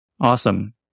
Awesome